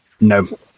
No